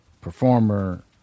performer